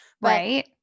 Right